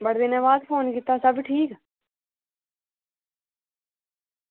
बड़े दिन बाद फोन कीता सब ठीक